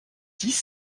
dix